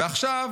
ועכשיו